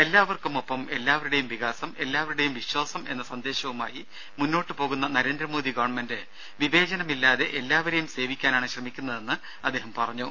എല്ലാവർക്കുമൊപ്പം എല്ലാവരുടേയും വികാസം എല്ലാവരുടേയും വിശ്വാസം എന്ന സന്ദേശവുമായി മുന്നോട്ടു പോകുന്ന നരേന്ദ്രമോദി ഗവൺമെന്റ് വിവേചനമില്ലാതെ എല്ലാവരെയും സേവിക്കാനാണ് ശ്രമിക്കുന്നതെന്ന് അദ്ദേഹം പറഞ്ഞു